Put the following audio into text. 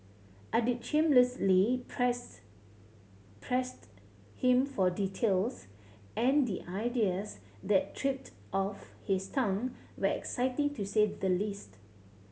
I'd shamelessly press pressed him for details and the ideas that tripped off his tongue were exciting to say the least